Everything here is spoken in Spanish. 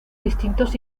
distintos